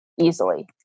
Easily